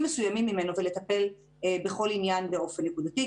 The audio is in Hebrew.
מסוימים ממנו ולטפל בכל עניין באופן נקודתי.